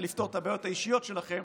לפתור את הבעיות האישיות שלכם,